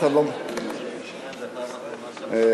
אדוני היושב-ראש,